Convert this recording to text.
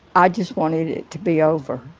i just wanted it to be over.